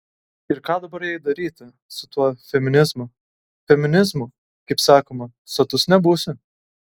ir ką dabar jai daryti su tuo feminizmu feminizmu kaip sakoma sotus nebūsi